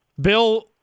Bill